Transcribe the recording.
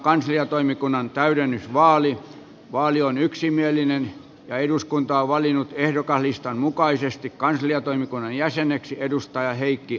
totean että vaali on yksimielinen ja että eduskunta valitsee ehdokaslistan mukaisesti kansliatoimikunnan jäseneksi heikki auton